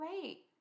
great